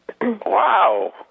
Wow